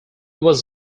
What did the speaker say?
was